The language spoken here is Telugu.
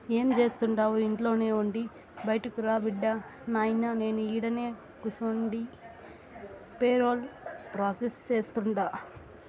ఏం జేస్తండావు ఇంట్లోనే ఉండి బైటకురా బిడ్డా, నాయినా నేను ఈడనే కూసుండి పేరోల్ ప్రాసెస్ సేస్తుండా